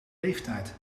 leeftijd